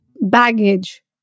Baggage